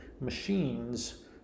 machines